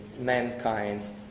mankind's